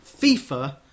FIFA